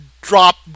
drop